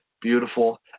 beautiful